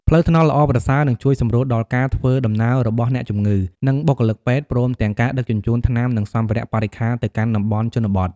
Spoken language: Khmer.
ផ្លូវថ្នល់ល្អប្រសើរ នឹងជួយសម្រួលដល់ការធ្វើដំណើររបស់អ្នកជំងឺ និងបុគ្គលិកពេទ្យ ព្រមទាំងការដឹកជញ្ជូនថ្នាំ និងសម្ភារៈបរិក្ខារទៅកាន់តំបន់ជនបទ។